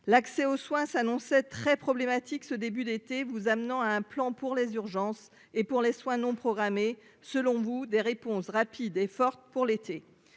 l'accès aux soins s'annonçait très problématique, ce début d'été vous amenant à un plan pour les urgences et pour les soins non programmés, selon vous, des réponses rapides et fortes pour l'été